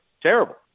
Terrible